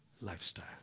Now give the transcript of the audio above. lifestyle